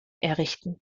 errichten